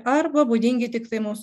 arba būdingi tiktai mūsų